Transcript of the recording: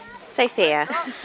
Sophia